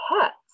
pets